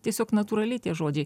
tiesiog natūraliai tie žodžiai